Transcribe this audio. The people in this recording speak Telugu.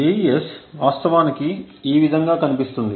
AES వాస్తవానికి ఈ విధంగా కనిపిస్తుంది